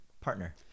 partner